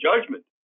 judgment